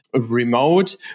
remote